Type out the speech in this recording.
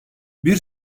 bir